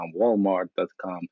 Walmart.com